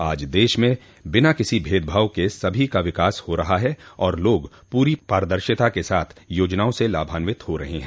आज देश में बिना किसी भेदभाव के सभी का विकास हो रहा है और लोग पूरी पारदर्शिता के साथ योजनाओं से लाभान्वित हो रहे हैं